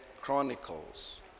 Chronicles